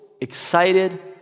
excited